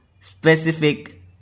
specific